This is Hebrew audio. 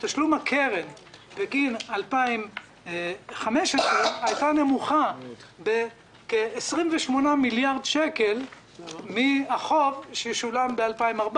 תשלום הקרן בגין 2015 היה נמוך בכ-28 מיליארד שקל מהחוב ששולם ב-2014.